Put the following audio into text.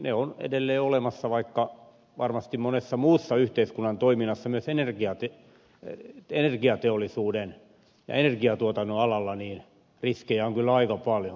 onnettomuusriskit ovat edelleen olemassa vaikka varmasti monessa muussa yhteiskunnan toiminnassa myös energiateollisuuden ja energiantuotannon alalla riskejä on kyllä aika paljon